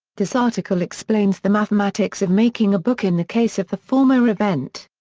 this article explains the mathematics of making a book in the case of the former event.